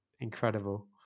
Incredible